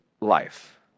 life